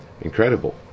incredible